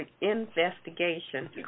investigation